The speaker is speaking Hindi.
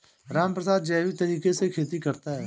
रामप्रसाद जैविक तरीके से खेती करता है